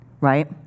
right